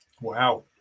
Wow